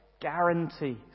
guarantees